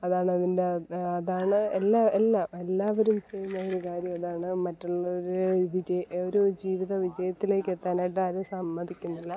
അതാണതിൻ്റെ അതാണ് എല്ലാ എല്ലാ എല്ലാവരും ചെയ്യുന്ന ഒരു കാര്യം അതാണ് മറ്റുള്ളവരെ ഒരു ജീവിത വിജയത്തിലേക്ക് എത്താനായിട്ട് ആരും സമ്മതിക്കുന്നില്ല